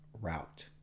route